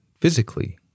physically